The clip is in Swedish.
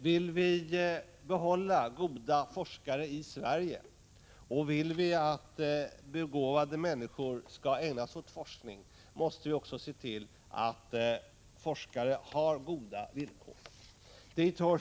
Om vi vill behålla goda forskare i Sverige och att begåvade människor skall ägna sig åt forskning, måste vi också se till att forskare har goda villkor.